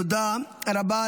תודה רבה.